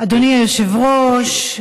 אדוני היושב-ראש,